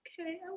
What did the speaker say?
Okay